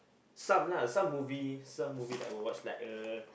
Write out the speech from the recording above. some lah some movie some move that I will watch like uh